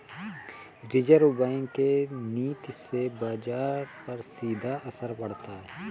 reserve Bank के नीति से बाजार पर सीधा असर पड़ता है